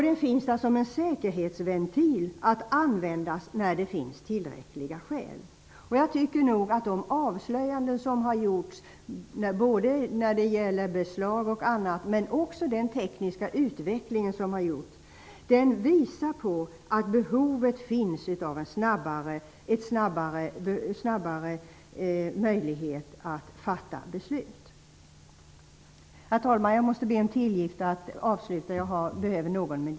Den finns där som en säkerhetsventil att användas när det finns tillräckliga skäl. Jag tycker nog att de avslöjanden som har gjorts både när det gäller beslag och annat men också den tekniska utveckling som har skett visar att det finns ett behov av möjligheten att fatta snabbare beslut.